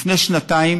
לפני שנתיים